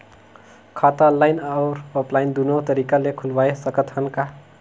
खाता ऑनलाइन अउ ऑफलाइन दुनो तरीका ले खोलवाय सकत हन का?